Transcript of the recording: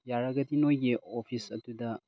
ꯌꯥꯔꯒꯗꯤ ꯅꯣꯏꯒꯤ ꯑꯣꯐꯤꯁ ꯑꯗꯨꯗ